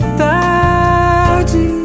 tarde